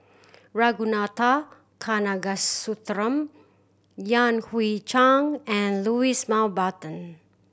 Ragunathar Kanagasuntheram Yan Hui Chang and Louis Mountbatten